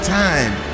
time